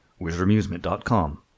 Wizardamusement.com